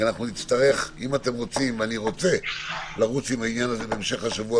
כי אני רוצה לרוץ עם העניין הזה בהמשך השבוע